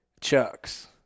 chucks